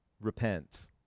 Repent